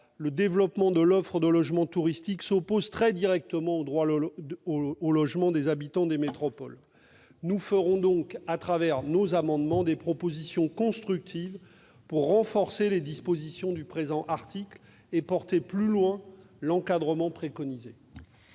le développement de l'offre de logements touristiques s'oppose très directement au droit au logement des habitants des métropoles. Nous ferons donc, au travers de nos amendements, des propositions constructives pour renforcer les dispositions du présent article et porter plus loin l'encadrement préconisé.